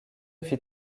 fit